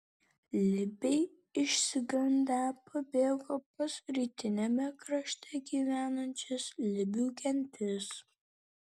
libiai išsigandę pabėgo pas rytiniame krašte gyvenančias libių gentis